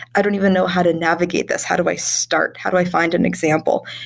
i don't even know how to navigate this. how do i start? how do i find an example?